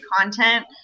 content